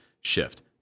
shift